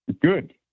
Good